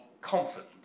confident